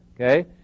okay